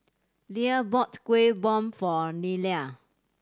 Lia bought Kuih Bom for Nelia